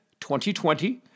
2020